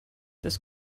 this